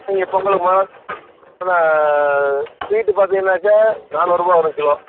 நீங்கள் பொங்கலுக்கு மொதல் நாள் ஆனால் ஸ்வீட்டு பார்த்திங்கனாக்கா நானூறுபா வரும் கிலோ